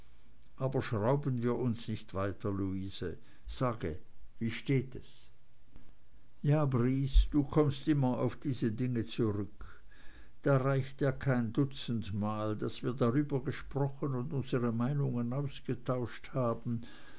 aber schrauben wir uns nicht weiter luise sage wie steht es ja briest du kommst immer auf diese dinge zurück da reicht ja kein dutzendmal daß wir darüber gesprochen und unsere meinungen ausgetauscht haben